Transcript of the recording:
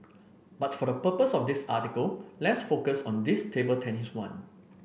but for the purpose of this article let's focus on this table tennis one